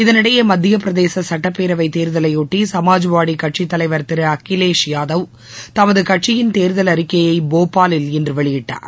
இதனிடையே மத்திய பிரதேச சுட்டப் பேரவைத் தேர்தலையொட்டி சமாஜ்வாதி கட்சித் தலைவர் திரு அகிலேஷ் யாதவ் தமது கட்சியின் தேர்தல் அறிக்கையை போபாலில் இன்று வெளியிட்டார்